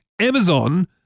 Amazon